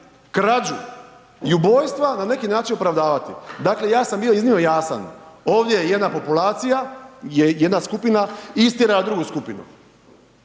krađu i ubojstva na neki način opravdavati. Dakle, ja sam bio iznimno jasan ovdje je jedna populacija, je jedna skupina istjera drugu skupinu,